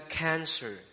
cancer